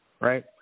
right